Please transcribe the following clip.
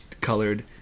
colored